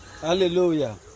Hallelujah